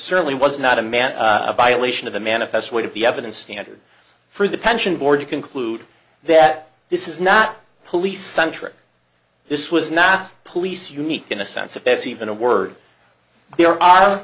certainly was not a man a violation of the manifest weight of the evidence standard for the pension board to conclude that this is not police centric this was not police unique in a sense if there's even a word there are